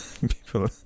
People